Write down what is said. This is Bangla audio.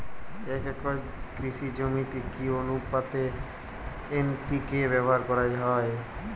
এক একর কৃষি জমিতে কি আনুপাতে এন.পি.কে ব্যবহার করা হয়?